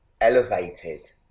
elevated